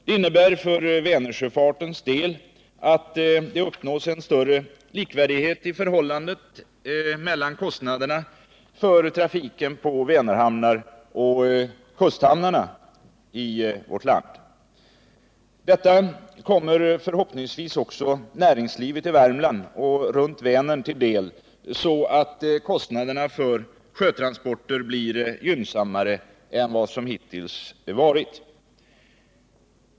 Det innebär för Vänersjöfartens del att det uppnås en större likvärdighet i förhållandet mellan kostnaderna för trafiken på Vänerhamnar och kusthamnarna i vårt land. Detta kommer förhoppningsvis också näringslivet i Värmland och runt Vänern till del, så att kostnaderna för sjötransporter blir gynnsammare än vad de hittills varit.